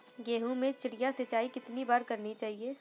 गेहूँ में चिड़िया सिंचाई कितनी बार करनी चाहिए?